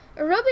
aerobic